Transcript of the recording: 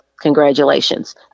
Congratulations